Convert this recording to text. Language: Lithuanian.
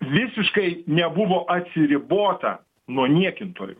visiškai nebuvo atsiribota nuo niekintojų